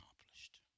accomplished